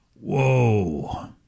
whoa